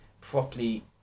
properly